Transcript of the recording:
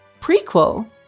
prequel